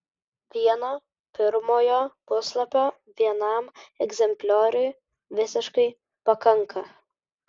vieno pirmojo puslapio vienam egzemplioriui visiškai pakanka